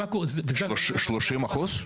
30%?